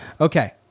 Okay